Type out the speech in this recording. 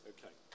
Okay